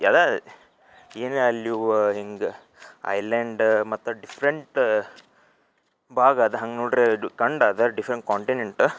ಯಾದಾ ಏನಾರಾ ಅಲ್ಲಿ ಓ ಹಿಂಗೆ ಐಲ್ಯಾಂಡ ಮತ್ತು ಡಿಫ್ರೆಂಟ್ ಭಾಗ ಅದು ಹಂಗೆ ನೋಡ್ದ್ರೆ ಇದು ಖಂಡ ಅದು ಡಿಫ್ರೆಂಟ್ ಕಾಂಟಿನೆಂಟ